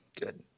Good